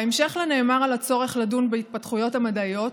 בהמשך לנאמר על הצורך לדון בהתפתחויות המדעיות,